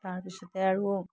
তাৰপিছতে আৰু